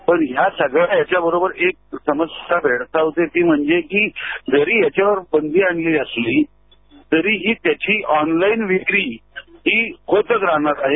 पण या सगळ्याबरोबर एक समस्या भेडसावते ती म्हणजेकि जरी याच्या वर बंदी आणली असली तरीही त्याची ऑनलाईन विक्री ही होतचं राहणार आहे